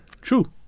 True